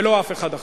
ולא אף אחד אחר.